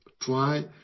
try